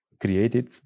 created